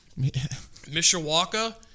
Mishawaka